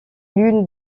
l’une